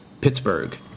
Pittsburgh